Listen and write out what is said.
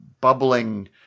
bubbling